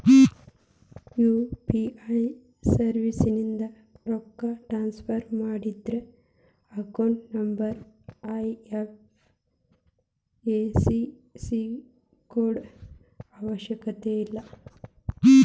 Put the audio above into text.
UPI ಸರ್ವಿಸ್ಯಿಂದ ರೊಕ್ಕ transfer ಮಾಡಿದ್ರ ಅಕೌಂಟ್ ನಂಬರ್ ಐ.ಎಫ್.ಎಸ್.ಸಿ ಕೋಡ್ ಅವಶ್ಯಕತೆನ ಇಲ್ಲ